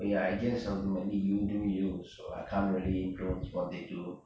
ya I guess ultimately you do you so I can't really influence what they do